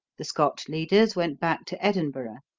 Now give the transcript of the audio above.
the scotch leaders went back to edinburgh.